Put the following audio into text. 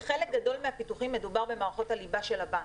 בחלק גדול מהפיתוחים מדובר במערכות הליבה של הבנק.